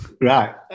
Right